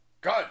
Good